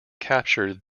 captured